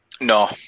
No